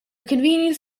convenience